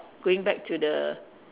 going back to the